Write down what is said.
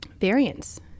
variance